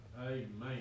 Amen